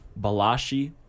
Balashi